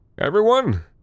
Everyone